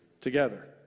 together